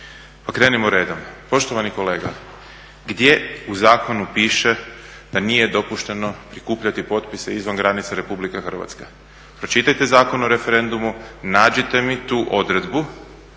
krenimo redom. Poštovani kolega, gdje u zakonu piše da nije dopušteno prikupljati potpise izvan granica Republike Hrvatske. Pročitajte Zakon o referendumu, nađite mi tu odredbu